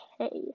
okay